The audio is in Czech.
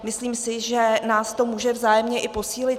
Myslím si, že nás to může vzájemně i posílit.